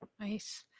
Nice